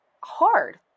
hard